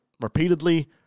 repeatedly